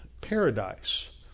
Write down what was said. paradise